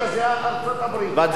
זה ארצות-הברית,